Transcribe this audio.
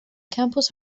campus